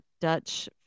Dutch